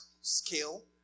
skill